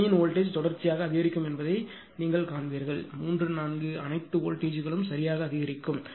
இந்த முனையின் வோல்டேஜ்தொடர்ச்சியாக அதிகரிக்கும் என்பதை இங்கே நீங்கள் காண்பீர்கள் 3 4 அனைத்து வோல்டேஜ்ங்களும் சரியாக அதிகரிக்கும்